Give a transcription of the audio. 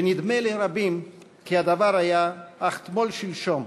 ונדמה לרבים כי הדבר היה אך תמול-שלשום,